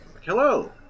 Hello